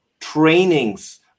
trainings